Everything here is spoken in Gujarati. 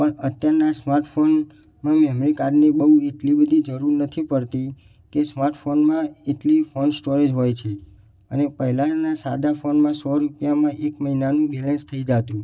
પણ અત્યારના સ્માર્ટ ફોનમાં મેમરી કાર્ડની બહુ એટલી બધી જરૂર નથી પડતી કે સ્માર્ટ ફોનમાં એટલી ફોન સ્ટોરેજ હોય છે અને પહેલાંના સાદા ફોનમાં સો રૂપિયામાં એક મહિનાનું બેલેન્સ થઈ જતું